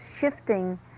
shifting